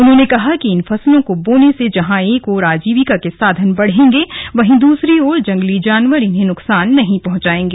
उन्होंने कहा कि इन फसलों को बोने से जहां एक ओर आजीविका के साधन बढ़ेगे वहीं दूसरी ओर जंगली जानवर इन्हें नुकसान नहीं पहुंचाएंगे